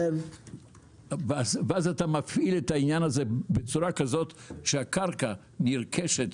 אז אתה מפעיל את העניין בצורה כזו שהקרקע נרכשת